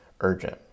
urgent